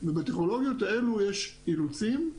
ובטכנולוגיות האלה יש אילוצים,